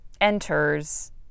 enters